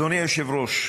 אדוני היושב-ראש,